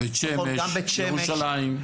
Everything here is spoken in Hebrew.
בית שמש, ירושלים.